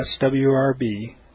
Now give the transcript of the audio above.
swrb